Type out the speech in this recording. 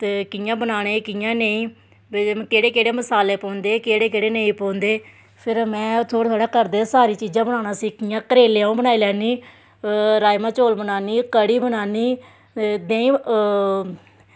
ते कि'यां बनाने कि'यां नेईं ते केह्ड़े मसाले पौंदे केह्ड़े केह्ड़े नेईं पौंदे फिर में करदे थोह्ड़ा थोह्ड़ा सारियां चीजां सिक्खियां ते करेले अं'ऊ बनाई लैन्नी राजमांह् चौल बनानी कढ़ी बनानी ते देहीं ओह्